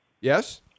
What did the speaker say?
Yes